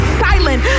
silent